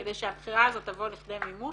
כדי שהבחירה הזאת תבוא לכדי מימוש.